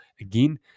Again